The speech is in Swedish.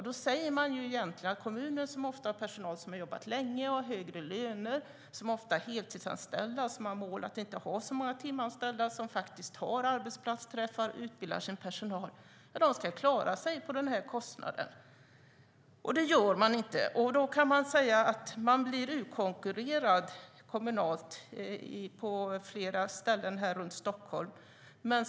Då säger man egentligen att kommunen som ofta har personal som har jobbat länge, har högre löner och ofta är heltidsanställda, som har som mål att inte ha så många timanställda, har arbetsplatsträffar och utbildar sin personal ska klara sig på den kostnaden. Det gör de inte. Då blir den kommunala vården utkonkurrerad på flera ställen runt Stockholm.